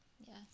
yes